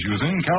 using